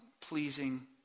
pleasing